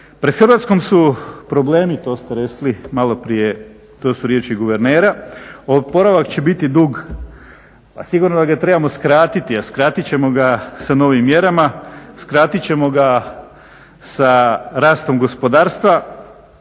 Pred Hrvatskom su problemi to ste rekli malo prije, to su riječi guvernera. Oporavak će biti dug a sigurno ga trebamo skratiti a skratit ćemo ga sa novim mjerama, skratit ćemo ga sa rastom gospodarstva,